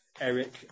Eric